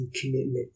commitment